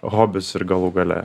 hobis ir galų gale